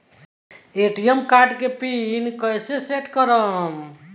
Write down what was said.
ATM card के pin कैसे set करम?